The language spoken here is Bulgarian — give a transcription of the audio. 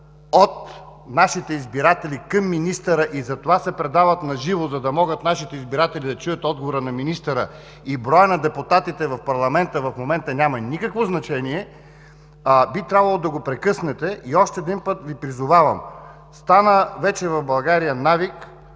от нашите избиратели към министъра и затова се предават на живо, за да могат нашите избиратели да чуят отговора на министъра, броят на депутатите в парламента в момента няма никакво значение, би трябвало да го прекъснете. Още веднъж Ви призовавам: в България вече